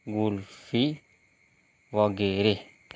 ગુલ્ફી વગેરે